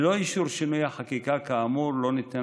ללא אישור שינוי החקיקה כאמור לא ניתן